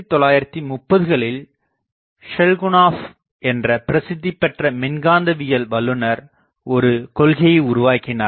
1930 களில் ஷெல்குனாஃப் என்ற பிரசித்தி பெற்ற மின்காந்தவியல் வல்லுநர் ஒரு கொள்கையை உருவாக்கினார்